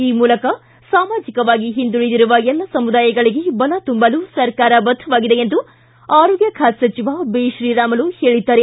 ಈ ಮೂಲಕ ಸಾಮಾಜಿಕವಾಗಿ ಹಿಂದುಳಿದಿರುವ ಎಲ್ಲ ಸಮುದಾಯಗಳಿಗೆ ಬಲ ತುಂಬಲು ಸರ್ಕಾರ ಬದ್ದವಾಗಿದೆ ಎಂದು ಆರೋಗ್ಯ ಖಾತೆ ಸಚಿವ ಬಿತ್ರೀರಾಮುಲು ಹೇಳಿದ್ದಾರೆ